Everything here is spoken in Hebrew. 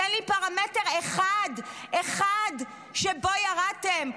תן לי פרמטר אחד, אחד, שבו ירדתם.